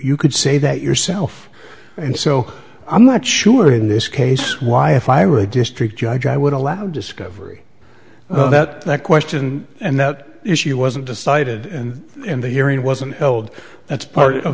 you could say that yourself and so i'm not sure in this case why if i were a district judge i would allow discovery that that question and that issue wasn't decided and in the hearing wasn't held that's part of